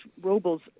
Robles